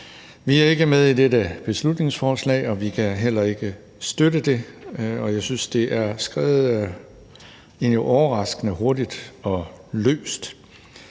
Vi er ikke med i dette beslutningsforslag, og vi kan heller ikke støtte det, og jeg synes egentlig, det er skrevet overraskende hurtigt og løst.